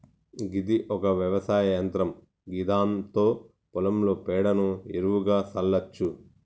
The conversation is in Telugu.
గిది ఒక వ్యవసాయ యంత్రం గిదాంతో పొలంలో పేడను ఎరువుగా సల్లచ్చు